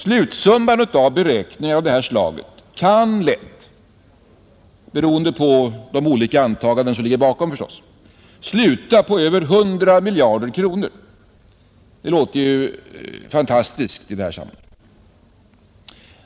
Slutsumman av beräkningar av detta slag kan lätt — beroende på de olika antaganden som ligger bakom — sluta på över 100 miljarder kronor. Det låter ju fantastiskt i detta sammanhang.